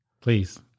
Please